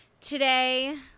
Today